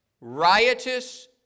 riotous